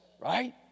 Right